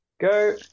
Go